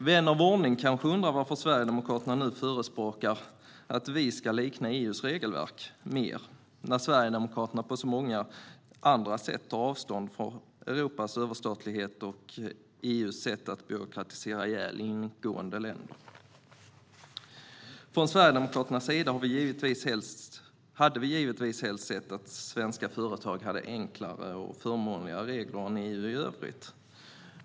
Vän av ordning kanske undrar varför Sverigedemokraterna nu förespråkar att vi ska ha regelverk som mer liknar EU:s när Sverigedemokraterna på många andra områden tar avstånd från Europas överstatlighet och EU:s sätt att byråkratisera ihjäl ingående länder. Från Sverigedemokraternas sida hade vi givetvis helst sett att svenska företag haft enklare och förmånligare regler än EU i övrigt.